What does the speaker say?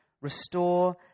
restore